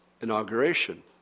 inauguration